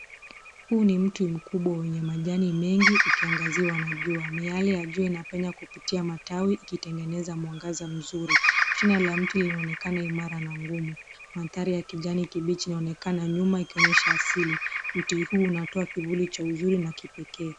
Huu ni mti mkuba wenye majani mengi ukiangaziwa na jua . Miale ya jua inapenya kupitia matawi ikitengeneza mwangaza mzuri. Shina la mti linaonekana imara na ngumu. Manthari ya kijani kibichi inaonekana nyuma ikonyesha asili. Mti huu unatoa kivuli cha uzuri na kipekee.